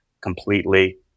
completely